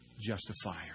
justifier